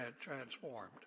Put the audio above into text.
transformed